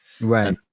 Right